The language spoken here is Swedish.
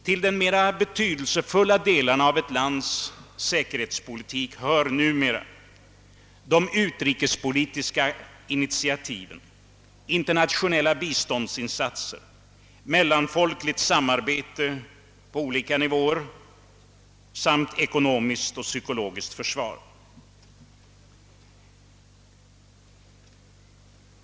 Till de mera betydelsefulla delarna av ett lands säkerhetspolitik hör numera utrikespolitiska initiativ, internationella biståndsinsatser, mellanfolkligt samarbete på olika nivåer samt ekonomiskt och psykologiskt försvar.